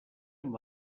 amb